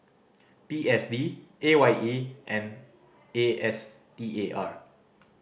P S D A Y E and A S T A R